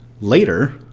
later